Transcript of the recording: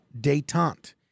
detente